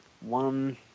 One